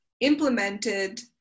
implemented